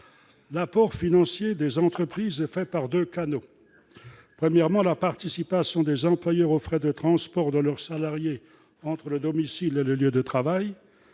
L'apport financier des entreprises passe par deux canaux principaux : premièrement, la participation des employeurs aux frais de transport de leurs salariés, entre le domicile et le lieu de travail,